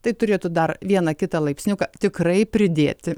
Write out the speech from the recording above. tai turėtų dar vieną kitą laipsniuką tikrai pridėti